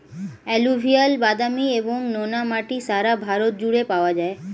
alluvial, বাদামি এবং নোনা মাটি সারা ভারত জুড়ে পাওয়া যায়